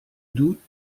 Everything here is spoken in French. doute